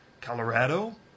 Colorado